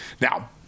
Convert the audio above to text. Now